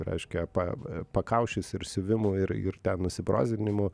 reiškia pa pakaušis ir siuvimų ir ir ten nusibrozdinimų